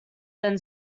than